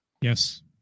Yes